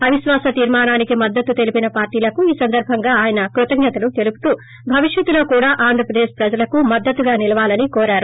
అవిశ్వాస తీర్మానానికి మద్దతు తెలిపిన పార్టీలకు ఈసందర్బంగా ఆయన కృతజ్ఞతలు తెలుపుతూ భవిష్యత్తులో కూడా ఆంధ్రప్రదేశ్ ప్రజలకు మద్దతుగా నిలవాలని కోరారు